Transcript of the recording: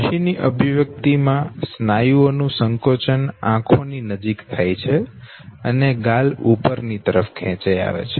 ખુશી ની અભિવ્યક્તિ માં સ્નાયુઓનું સંકોચન આંખોની નજીક થાય છે અને ગાલ ઉપર ની તરફ ખેંચાઇ આવે છે